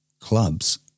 Clubs